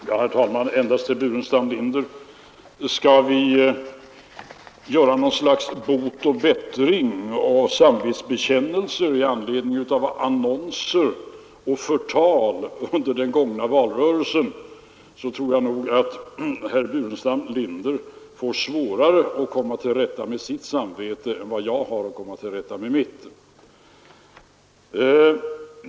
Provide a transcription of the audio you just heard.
Herr talman! Först några ord till herr Burenstam Linder! Skall vi göra något slags bot och bättring och komma med samvetsbekännelser med anledning av annonser och förtal under den gångna valrörelsen, tror jag att herr Burenstam Linder får svårare att komma till rätta med sitt samvete än vad jag har att komma till rätta med mitt.